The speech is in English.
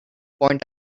point